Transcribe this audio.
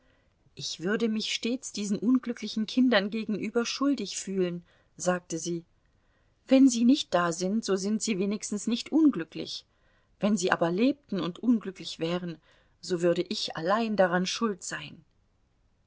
ich würde mich stets diesen unglücklichen kindern gegenüber schuldig fühlen sagte sie wenn sie nicht da sind so sind sie wenigstens nicht un glücklich wenn sie aber lebten und unglücklich wären so würde ich allein daran schuld sein